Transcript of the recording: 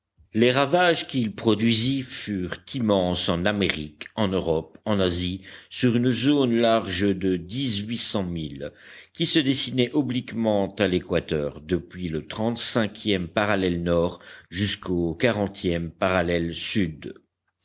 les ravages qu'il produisit furent immenses en amérique en europe en asie sur une zone large de dix-huit cents milles qui se dessinait obliquement à l'équateur depuis le trente-cinquième parallèle nord jusqu'au quarantième parallèle sud